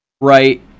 right